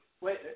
Wait